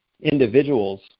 individuals